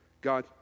God